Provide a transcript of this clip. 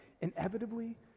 inevitably